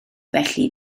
felly